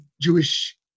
Jewish